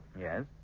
Yes